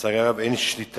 ולצערי הרב אין שליטה.